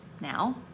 now